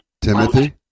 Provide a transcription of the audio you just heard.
Timothy